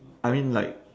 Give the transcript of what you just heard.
I mean like